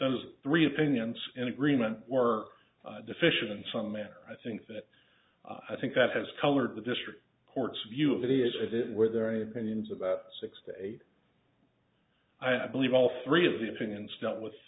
those three opinions in agreement or deficient in some manner i think that i think that has colored the district court's view it is as it were there any opinions about six to eight i believe all three of the opinions dealt with